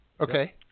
Okay